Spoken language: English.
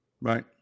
Right